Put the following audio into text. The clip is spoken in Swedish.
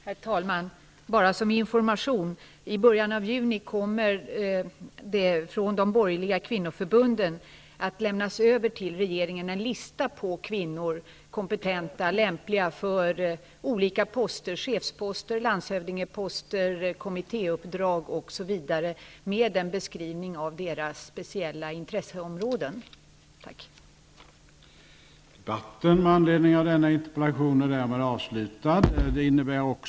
Herr talman! Bara som information vill jag säga att de borgerliga kvinnoförbunden i början av juni kommer att till regeringen lämna över en lista med namn på kvinnor som är kompetenta och lämpliga för olika poster -- chefsposter, landshövdingsposter, kommittéuppdrag m.m. -- med en beskrivning av kvinnornas speciella intresseområden.